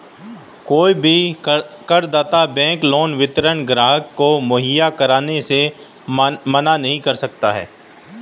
कोई भी करदाता बैंक लोन विवरण ग्राहक को मुहैया कराने से मना नहीं कर सकता है